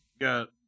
got